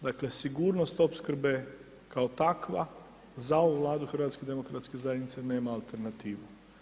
Dakle, sigurnost opskrbe kao takva za ovu Vladu HDZ-a nema alternativu.